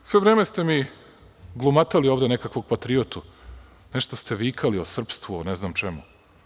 Sve vreme ste mi glumatali ovde nekakvog patriotu, nešto ste vikali o srpstvu, o ne znam čemu.